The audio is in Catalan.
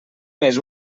més